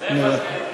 מוותר.